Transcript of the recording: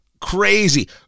crazy